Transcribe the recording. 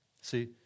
See